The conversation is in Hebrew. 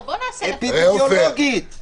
אפידמיולוגית.